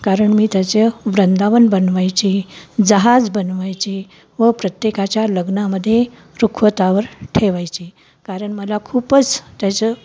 कारण मी त्याचं वृंदावन बनवायची जहाज बनवायची व प्रत्येकाच्या लग्नामध्ये रुखवतावर ठेवायची कारण मला खूपच त्याचं